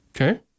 Okay